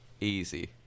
easy